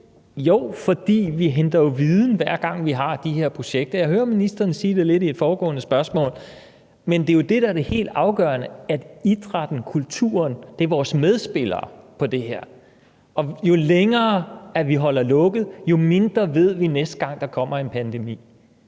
Jo, fordi vi jo henter viden, hver gang vi har de her projekter, og jeg hører lidt ministeren sige det under et foregående spørgsmål. Men det, der er det helt afgørende, er jo, at idrætten og kulturen her er vores medspillere, og jo længere vi holder lukket, jo mindre ved vi, næste gang der kommer en pandemi